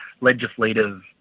legislative